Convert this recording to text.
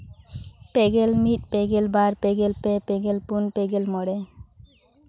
ᱯᱮᱜᱮᱞ ᱢᱤᱫ ᱯᱮᱜᱮᱞ ᱵᱟᱨ ᱯᱮᱜᱮᱞ ᱯᱮ ᱯᱮᱜᱮᱞ ᱯᱩᱱ ᱯᱮᱜᱮᱞ ᱢᱚᱬᱮ